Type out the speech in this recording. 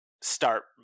start